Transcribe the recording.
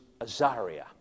Azaria